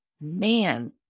man